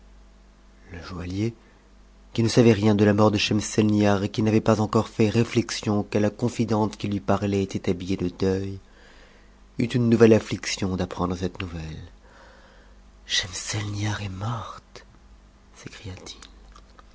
le joaillier qui ne savait rien de la mort de schemselnihar et qui n'a t pas encore fait réflexion que la confidente qui lui parlait était habillée om cut une nouvelle affliction d'apprendre cette nouvelle sçhem t'hat est morte